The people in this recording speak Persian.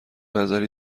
نظری